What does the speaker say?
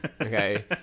Okay